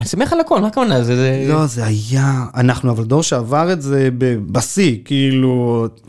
אני שמח להכל, מה הכל נעזר? לא, זה היה אנחנו, אבל דור שעבר את זה בבסי, כאילו...